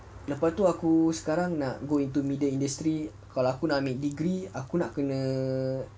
lepas tu aku sekarang nak go into media industry kalau aku nak ambil degree aku nak kena